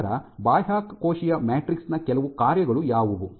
ನಂತರ ಬಾಹ್ಯಕೋಶೀಯ ಮ್ಯಾಟ್ರಿಕ್ಸ್ನ ಕೆಲವು ಕಾರ್ಯಗಳು ಯಾವುವು